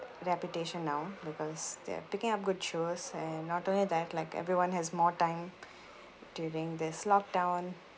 reputation now because they're picking up good shows and not only that like everyone has more time during this lockdown